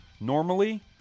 normally